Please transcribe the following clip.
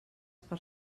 per